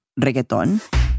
reggaeton